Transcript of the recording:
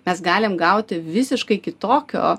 mes galim gauti visiškai kitokio